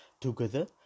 Together